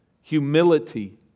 humility